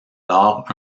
alors